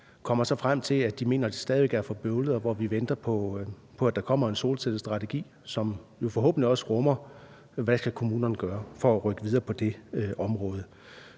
kommer frem til, at de mener, at det stadig væk er for bøvlet, og hvor vi venter på, at der kommer en solcellestrategi, som forhåbentlig også rummer, hvad kommunerne skal gøre for at rykke videre på det område.